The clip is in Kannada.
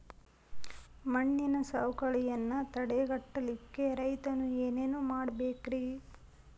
ಮಣ್ಣಿನ ಸವಕಳಿಯನ್ನ ತಡೆಗಟ್ಟಲಿಕ್ಕೆ ರೈತರು ಏನೇನು ಮಾಡಬೇಕರಿ?